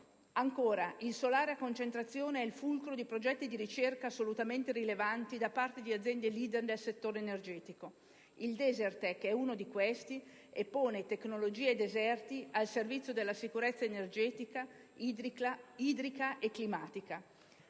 Ancora, il solare a concentrazione è il fulcro di progetti di ricerca assolutamente rilevanti da parte di aziende leader del settore energetico: il Desertec è uno di questi e pone tecnologia e deserti al servizio della sicurezza energetica, idrica e climatica.